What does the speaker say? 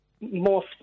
more